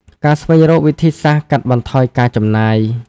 ការស្វែងរកវិធីសាស្រ្តកាត់បន្ថយការចំណាយ។